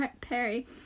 perry